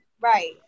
Right